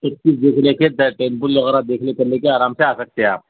ایک دوسرے کے ٹیمپو وغیرہ دیکھنے کر لے کے آرام سے آ سکتے آپ